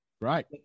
Right